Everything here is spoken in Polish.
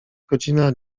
godzina